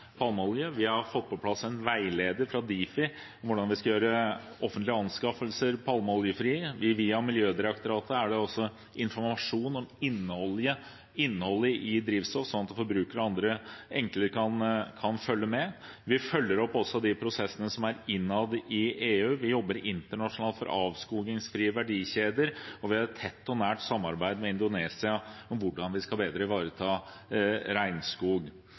skal gjøre offentlige anskaffelser palmeoljefri. Miljødirektoratet gir informasjon om innholdet i drivstoff, slik at forbrukere og andre enklere kan følge med. Vi følger også opp de prosessene som er innad i EU, vi jobber internasjonalt for avskogingsfrie verdikjeder, og vi har et tett og nært samarbeid med Indonesia om hvordan vi bedre skal ivareta